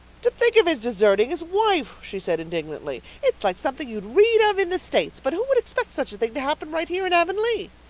to think of his deserting his wife! she said indignantly. it's like something you'd read of in the states, but who would expect such a thing to happen right here in avonlea?